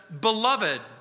Beloved